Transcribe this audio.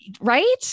Right